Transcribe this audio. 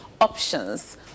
options